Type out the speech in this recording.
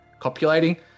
copulating